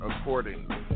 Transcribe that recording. accordingly